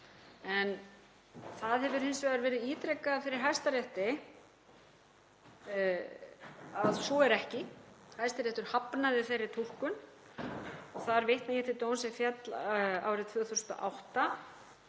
Það hefur hins vegar verið ítrekað fyrir Hæstarétti að svo er ekki. Hæstiréttur hafnaði þeirri túlkun og þar vitna ég til dóms sem féll árið 2008.